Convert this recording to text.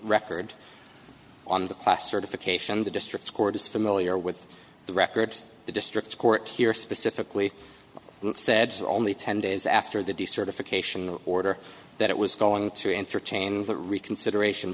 record on the class certification the district court is familiar with the records the district court here specifically said only ten days after the decertification order that it was going to entertain the reconsideration